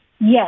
Yes